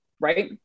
Right